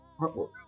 artwork